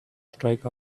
strike